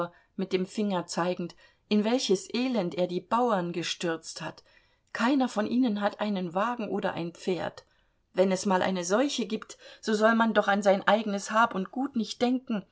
mit dem finger zeigend in welches elend er die bauern gestürzt hat keiner von ihnen hat einen wagen oder ein pferd wenn es mal eine seuche gibt so soll man doch an sein eigenes hab und gut nicht denken